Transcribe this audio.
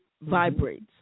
vibrates